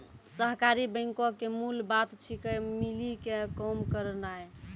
सहकारी बैंको के मूल बात छिकै, मिली के काम करनाय